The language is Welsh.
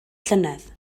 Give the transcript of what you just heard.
llynedd